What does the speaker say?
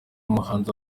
umuhanzi